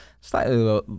slightly